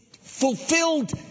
fulfilled